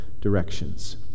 directions